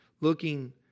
looking